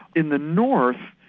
in the north,